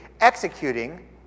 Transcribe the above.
executing